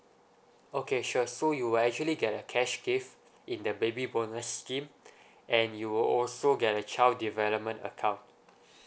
okay sure so you will actually get a cash gift in the baby bonus scheme and you will also get a child development account